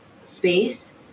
space